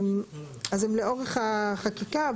אז הם לאורך החקיקה,